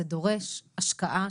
זה דורש השקעה,